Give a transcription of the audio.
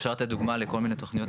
אפשר לתת דוגמא לכל מיני תוכניות.